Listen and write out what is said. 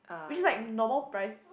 which is like normal price